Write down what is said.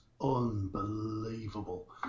Unbelievable